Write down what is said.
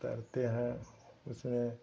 तैरते हैं उसमें